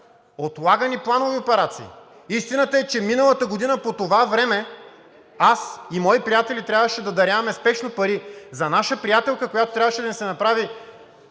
отлагани планови операции. Истината е, че миналата година по това време аз и мои приятели трябваше да даряваме спешно пари за наша приятелка, която трябваше да ѝ се направи